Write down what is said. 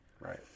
right